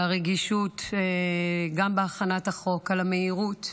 על הרגישות גם בהכנת החוק, על המהירות,